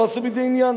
לא עשו מזה עניין.